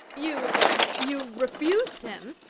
you you refused him?